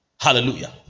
hallelujah